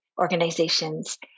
organizations